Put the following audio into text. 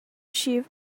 chief